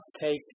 take